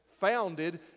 founded